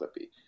Clippy